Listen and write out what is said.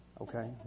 okay